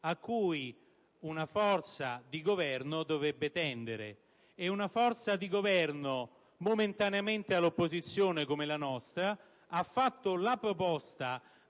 a cui una forza di Governo dovrebbe tendere. E una forza di Governo momentaneamente all'opposizione, come la nostra, ha fatto la proposta